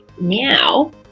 now